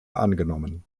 angenommen